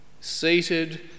Seated